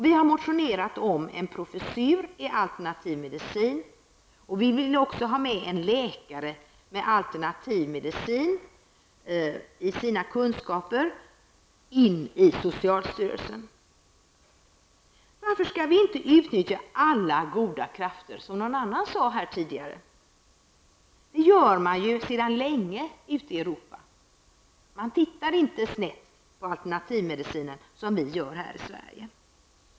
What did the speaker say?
Vi har motionerat om en professur i alternativ medicin, och vi vill också ha med en läkare med kunskaper i alternativ medicin i socialstyrelsen. Varför skall vi inte utnyttja alla goda krafter? som någon tidigare talare frågade. Det gör man sedan länge ute i Europa; man tittar inte snett på alternativmedicinen, såsom vi gör här i Sverige.